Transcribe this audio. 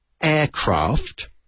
aircraft